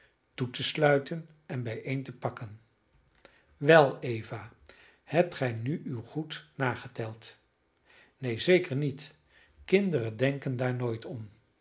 toe te sluiten en bijeen te pakken wel eva hebt gij nu uw goed nageteld neen zeker niet kinderen denken daar nooit om